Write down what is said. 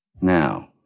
now